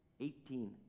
Eighteen